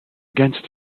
against